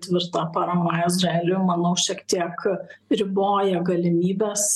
tvirta parama izraeliui manau šiek tiek riboja galimybės